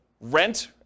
rent